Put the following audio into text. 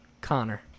Connor